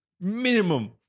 minimum